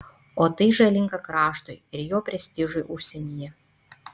o tai žalinga kraštui ir jo prestižui užsienyje